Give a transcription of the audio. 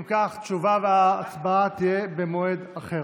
אם כך, תשובה והצבעה יהיו במועד אחר.